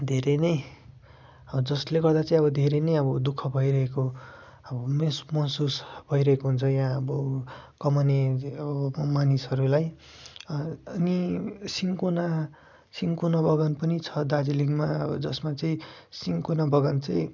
धेरै नै जसले गर्दा चाहिँ अब धेरै नै अब दु ख भइरहेको अब मेस महसुस भइरहेको हुन्छ यहाँ अब कमाने मानिसहरूलाई अनि सिन्कोना सिन्कोना बगान पनि छ दार्जिलिङमा जसमा चाहिँ सिन्कोना बगान चाहिँ